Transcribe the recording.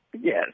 Yes